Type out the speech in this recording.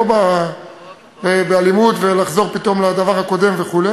לא באלימות ולחזור פתאום לדבר הקודם וכו'